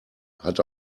hat